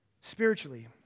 Spiritually